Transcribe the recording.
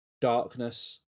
darkness